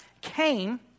came